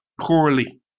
poorly